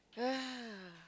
uh